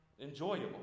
enjoyable